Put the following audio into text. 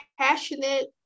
passionate